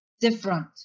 different